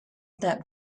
that